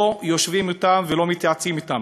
לא יושבים אתם ולא מתייעצים אתם.